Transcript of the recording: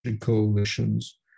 coalitions